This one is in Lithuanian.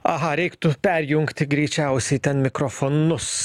aha reiktų perjungti greičiausiai ten mikrofonus